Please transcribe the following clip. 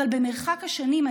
אבל במרחק השנים,